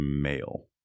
male